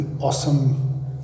awesome